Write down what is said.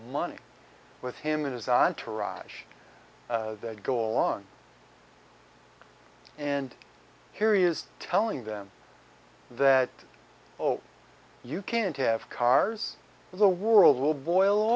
money with him and his entourage that go along and here is telling them that oh you can't have cars in the world will boil